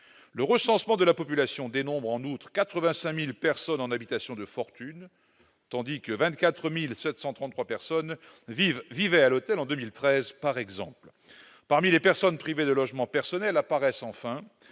Le recensement de la population dénombre en outre 85 000 personnes en habitations de fortune, tandis que 24 733 personnes vivaient à l'hôtel en 2013, par exemple. Parmi les personnes privées de logement personnel apparaissent enfin